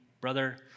brother